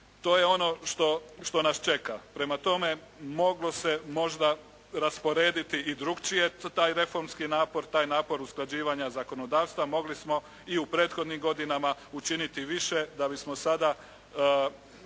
To je ono što nas čeka. Prema tome, moglo se možda rasporediti i drukčije taj reformski napor, taj napor usklađivanja zakonodavstva. Mogli smo i u prethodnim godinama učiniti više da bismo sada